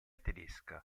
tedesca